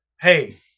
hey